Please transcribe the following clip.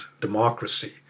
democracy